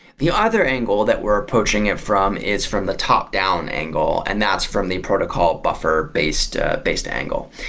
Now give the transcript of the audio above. the other angle that we're approaching it from is from the top down angle, and that's from the protocol buffer based ah based angle.